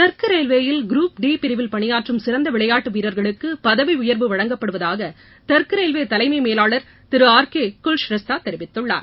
தெற்கு ரயில்வேயில் group D பிரிவில் பணியாற்றும் சிறந்த விளையாட்டு வீரர்களுக்கு பதவி உயர்வு வழங்கப்படுவதாக தெற்கு ரயில்வே தலைமை மேலாளர் திரு ஆர் கே குல்ஷ்ரெஸ்தா தெரிவித்துள்ளார்